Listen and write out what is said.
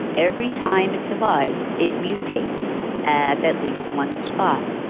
every time it divides, it mutates at at least one spot.